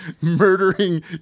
murdering